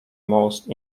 most